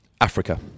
Africa